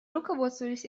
руководствовались